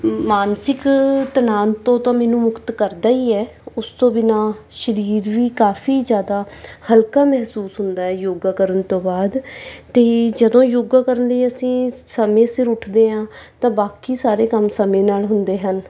ਮਾਨਸਿਕ ਤਣਾਓ ਤੋਂ ਤਾਂ ਮੈਨੂੰ ਮੁਕਤ ਕਰਦਾ ਹੀ ਹੈ ਉਸ ਤੋਂ ਬਿਨਾਂ ਸਰੀਰ ਵੀ ਕਾਫੀ ਜ਼ਿਆਦਾ ਹਲਕਾ ਮਹਿਸੂਸ ਹੁੰਦਾ ਯੋਗਾ ਕਰਨ ਤੋਂ ਬਾਅਦ ਅਤੇ ਜਦੋਂ ਯੋਗਾ ਕਰਨ ਲਈ ਅਸੀਂ ਸਮੇਂ ਸਿਰ ਉੱਠਦੇ ਹਾਂ ਤਾਂ ਬਾਕੀ ਸਾਰੇ ਕੰਮ ਸਮੇਂ ਨਾਲ ਹੁੰਦੇ ਹਨ